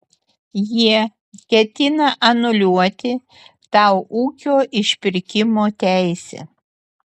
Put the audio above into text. jie ketina anuliuoti tau ūkio išpirkimo teisę